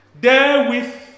therewith